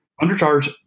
undercharge